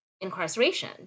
incarceration